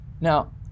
Now